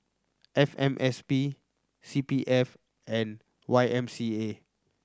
F M S P C P F and Y M C A